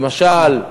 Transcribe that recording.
למשל,